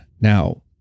Now